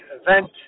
event